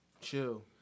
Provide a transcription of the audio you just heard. Chill